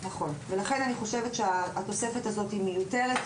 נכון, ולכן אני חושבת שהתוספת הזו מיותרת.